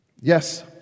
Yes